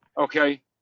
okay